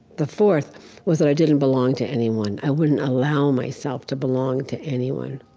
the fourth was i didn't belong to anyone. i wouldn't allow myself to belong to anyone.